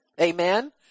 Amen